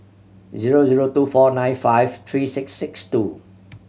zero zero two four nine five three six six two